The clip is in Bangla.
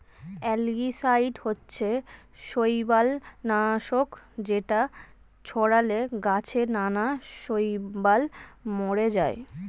অ্যালগিসাইড হচ্ছে শৈবাল নাশক যেটা ছড়ালে গাছে নানা শৈবাল মরে যায়